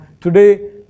today